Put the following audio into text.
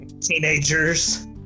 Teenagers